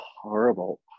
horrible